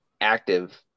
active